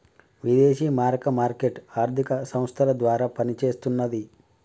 విదేశీ మారక మార్కెట్ ఆర్థిక సంస్థల ద్వారా పనిచేస్తన్నది